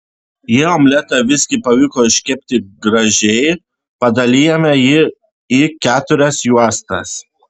jei omletą visgi pavyko iškepti gražiai padalijame jį į keturias juostas